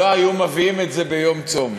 לא היו מביאים את זה ביום צום.